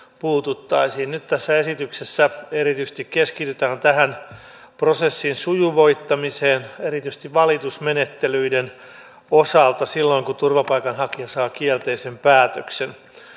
nyt tässä esityksessä erityisesti keskitytään tähän prosessin sujuvoittamiseen erityisesti valitusmenettelyiden osalta silloin kun turvapaikanhakija saa kielteisen päätöksen